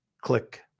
click